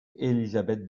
elisabeth